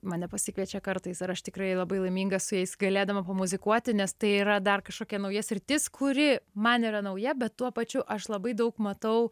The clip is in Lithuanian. mane pasikviečia kartais ir aš tikrai labai laiminga su jais galėdama pamuzikuoti nes tai yra dar kažkokia nauja sritis kuri man yra nauja bet tuo pačiu aš labai daug matau